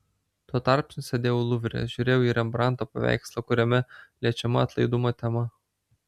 tuo tarpsniu sėdėjau luvre žiūrėjau į rembrandto paveikslą kuriame liečiama atlaidumo tema